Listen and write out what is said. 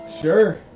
Sure